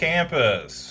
Campus